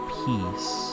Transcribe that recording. peace